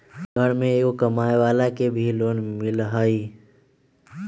घर में एगो कमानेवाला के भी लोन मिलहई?